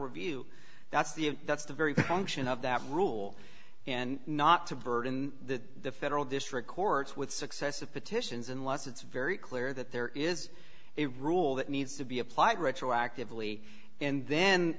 review that's the that's the very functional of that rule and not to burden the federal district courts with successive petitions unless it's very clear that there is a rule that needs to be applied retroactively and then